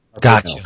Gotcha